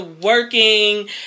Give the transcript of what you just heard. working